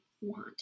want